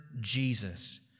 Jesus